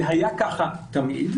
זה היה ככה תמיד.